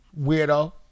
Weirdo